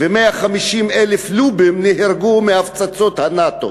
ו-150,000 לובים נהרגו מהפצצות נאט"ו.